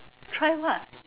drive what